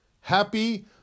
Happy